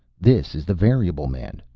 this is the variable man.